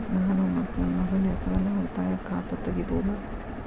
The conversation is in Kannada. ನಾನು ಮತ್ತು ನನ್ನ ಮಗನ ಹೆಸರಲ್ಲೇ ಉಳಿತಾಯ ಖಾತ ತೆಗಿಬಹುದ?